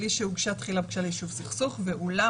בלי שהוגשה תחילה בקשה ליישוב סכסוך ועולה